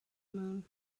moon